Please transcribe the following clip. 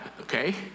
okay